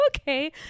Okay